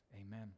Amen